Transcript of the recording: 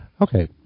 Okay